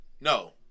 No